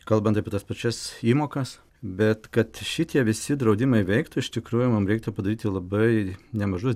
kalbant apie tas pačias įmokas bet kad šitie visi draudimai veiktų iš tikrųjų mum reiktų padaryti labai nemažus